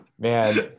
man